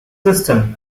system